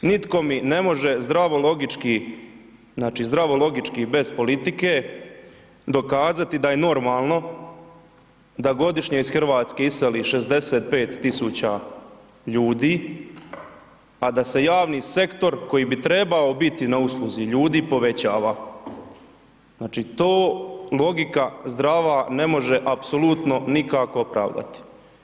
Nitko mi ne može zdravo logički, znači, zdravo logički bez politike, dokazati da je normalno da godišnje iz RH iseli 65 000 ljudi, a da se javni sektor koji bi trebao biti na usluzi ljudi, povećava, znači, to logika zdrava ne može apsolutno nikako opravdati.